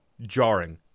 jarring